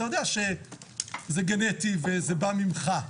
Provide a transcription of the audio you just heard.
אתה יודע שזה גנטי וזה בא ממך,